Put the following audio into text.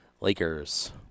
Lakers